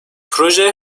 proje